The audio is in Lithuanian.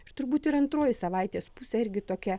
ir turbūt ir antroji savaitės pusė irgi tokia